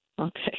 Okay